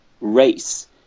race